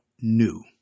new